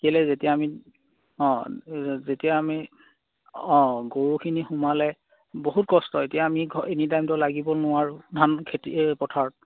কেলেই যেতিয়া আমি অঁ যেতিয়া আমি অঁ গৰুখিনি সোমালে বহুত কষ্ট এতিয়া আমি এনি টাইমটো লাগিব নোৱাৰোঁ ধান খেতি এই পথাৰত